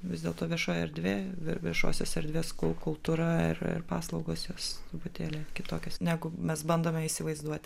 vis dėlto viešoji erdvė viešosios erdvės kul kultūra ir paslaugos jos truputėlį kitokios negu mes bandome įsivaizduoti